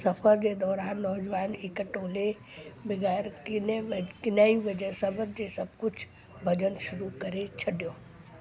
सफ़र जे दौरानु नौजवाननि जे हिकु टोले बग़ैर किन्हे किन्हनि वजे सबबु जे सभ कुझु भञण शुरू करे छॾियो